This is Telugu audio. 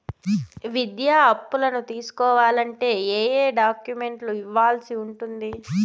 విద్యా అప్పును తీసుకోవాలంటే ఏ ఏ డాక్యుమెంట్లు ఇవ్వాల్సి ఉంటుంది